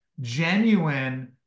genuine